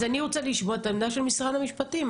אז אני רוצה לשמוע את העמדה של משרד המשפטים.